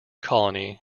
colony